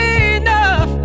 enough